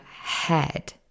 head